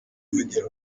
yivugira